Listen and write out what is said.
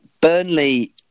Burnley